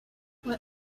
what